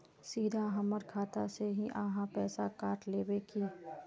सीधा हमर खाता से ही आहाँ पैसा काट लेबे की?